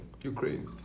Ukraine